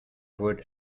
could